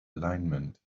alignment